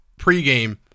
pregame